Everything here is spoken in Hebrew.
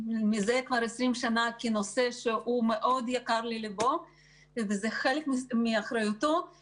מזה כ-20 שנה כנושא שיקר מאוד ללבו וזה חלק מאחריותו,